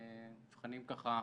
אלה מבחנים, ככה,